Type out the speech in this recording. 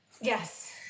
Yes